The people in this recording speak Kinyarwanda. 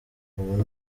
ubu